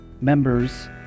members